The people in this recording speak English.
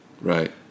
Right